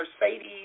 Mercedes